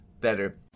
better